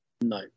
no